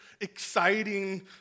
exciting